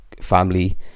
family